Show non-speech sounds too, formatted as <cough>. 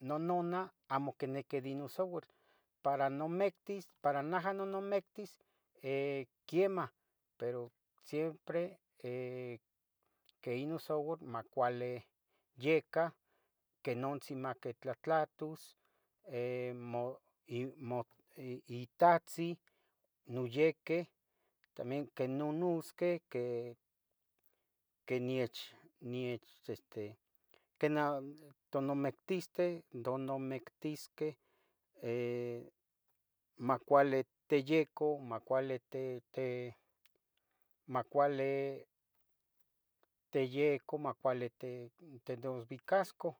nononah amo quiniqui di non souatatl para nomictis para naja nonamictis <hesitation> quemah pero simpre <hesitation> inon souatl mai cuali yecah quenontzin maquin tlatlutlahtos itahtzin noyehqueh también quinunutzqueh <hesitation> ninech quenah tonomectisqueh tonomectisqueh macuale teyoco macuali teyeco macuali te dosvicascoh